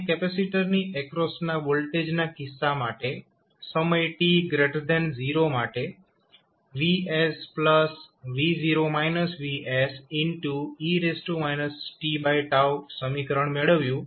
આપણે કેપેસિટરની એક્રોસના વોલ્ટેજના કિસ્સા માટે સમય t 0 માટે Vs e t સમીકરણ મેળવ્યું